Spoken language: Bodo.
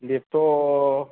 बेथ'